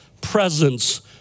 presence